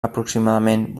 aproximadament